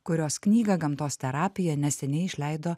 kurios knygą gamtos terapija neseniai išleido